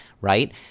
right